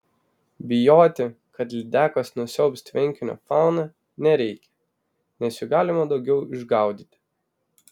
bijoti kad lydekos nusiaubs tvenkinio fauną nereikia nes jų galima daugiau išgaudyti